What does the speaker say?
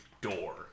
door